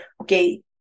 okay